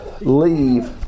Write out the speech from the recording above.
leave